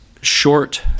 short